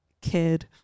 Kid